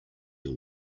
all